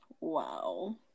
Wow